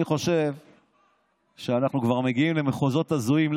אני חושב שאנחנו מגיעים למחוזות הזויים.